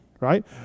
right